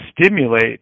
stimulate